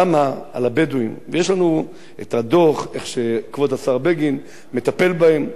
למה אצל הבדואים יש לנו הדוח שבו כבוד השר בגין מטפל בהם,